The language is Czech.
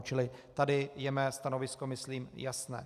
Čili tady je mé stanovisko, myslím, jasné.